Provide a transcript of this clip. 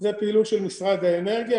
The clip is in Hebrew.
זו פעילות של משרד האנרגיה,